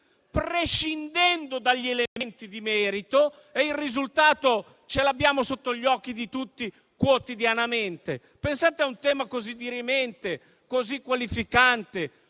prescindendo dagli elementi di merito. Il risultato è sotto gli occhi di tutti quotidianamente. Pensate a un tema così dirimente, qualificante